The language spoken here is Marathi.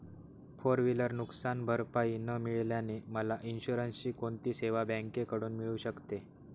फोर व्हिलर नुकसानभरपाई न मिळाल्याने मला इन्शुरन्सची कोणती सेवा बँकेकडून मिळू शकते?